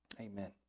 Amen